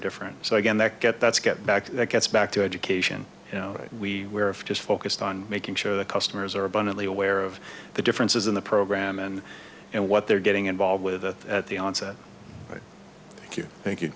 different so again that get that's get back that gets back to education we werefor just focused on making sure the customers are abundantly aware of the differences in the program and and what they're getting involved with at the onset thank you